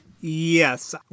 Yes